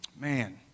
Man